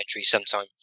sometime